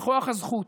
בכוח הזכות,